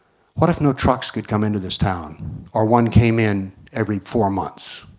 what if no trucks could come into this town or one came in every four months?